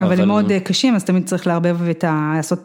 אבל הם מאוד קשים אז תמיד צריך לערבב ולעשות.